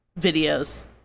videos